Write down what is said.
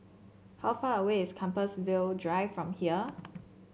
how far away is Compassvale Drive from here